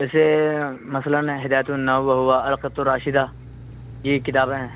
جیسے مثلاً ہدایت النحو ہوا القراة الراشدة یہ کتابیں ہیں